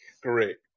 correct